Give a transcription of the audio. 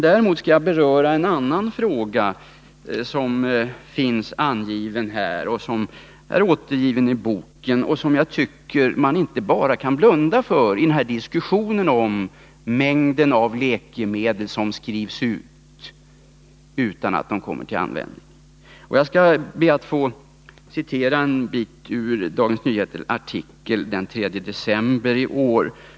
Däremot skall jag beröra en annan fråga som har tagits upp i den nämnda boken och som jag tycker att man inte kan blunda för i samband med diskussionen om den stora mängd läkemedel som skrivs ut utan att komma till användning. Jag skall be att få citera en bit av Dagens Nyheters artikel den 3 december i år.